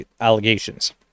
allegations